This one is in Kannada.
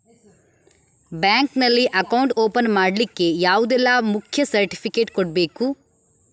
ಬ್ಯಾಂಕ್ ನಲ್ಲಿ ಅಕೌಂಟ್ ಓಪನ್ ಮಾಡ್ಲಿಕ್ಕೆ ಯಾವುದೆಲ್ಲ ಮುಖ್ಯ ಸರ್ಟಿಫಿಕೇಟ್ ಕೊಡ್ಬೇಕು?